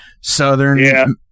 southern